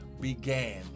began